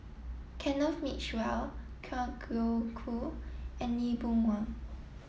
Kenneth Mitchell Kwa Geok Choo and Lee Boon Wang